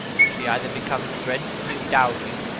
she either becomes dreadfully dowdy,